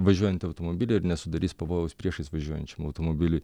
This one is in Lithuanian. važiuojantį automobilį ir nesudarys pavojaus priešais važiuojančiam automobiliui